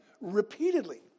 repeatedly